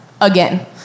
again